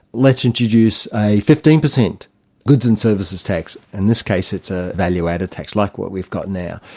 let's introduce a fifteen percent goods and services tax. in this case it's a value added tax, like what we've got now.